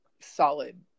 solid